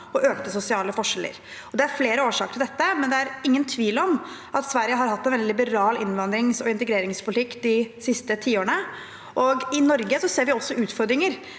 og økte sosiale forskjeller. Det er flere årsaker til dette, men det er ingen tvil om at Sverige har hatt en veldig liberal innvandrings- og integreringspolitikk de siste tiårene. I Norge ser vi også utfordringer,